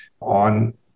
on